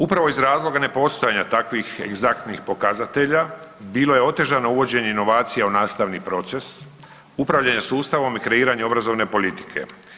Upravo iz razloga nepostojanja takvih egzaktnih pokazatelja, bilo je otežano uvođenje inovacija u nastavni proces, upravljanje sustavom i kreiranje obrazovane politike.